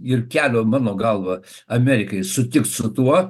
ir kelio mano galva amerikai sutikt su tuo